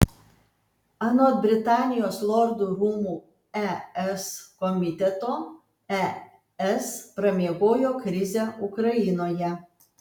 anot britanijos lordų rūmų es komiteto es pramiegojo krizę ukrainoje